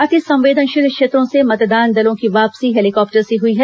अतिसंवेदनशील क्षेत्रों से मतदान दलों की वापसी हेलीकॉप्टर से हुई है